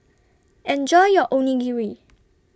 Enjoy your Onigiri